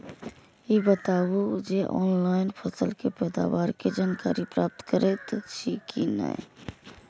ई बताउ जे ऑनलाइन फसल के पैदावार के जानकारी प्राप्त करेत छिए की नेय?